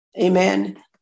Amen